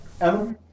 Emma